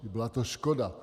Byla to škoda.